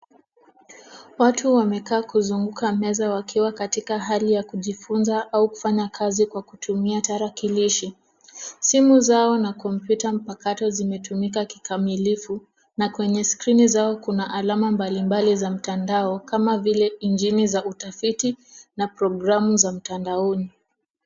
Watu wamekaa kuzunguka meza wakiwa katika hali ya kujifunza au kufanya kazi kwa kutumia tarakilishi. Simu zao na kompyuta mpakato zimetumika kikamilifu na kwenye skrini zao kuna alama mbalimbali za mtandao kama vile injini za utafiti na programu za mtandaoni.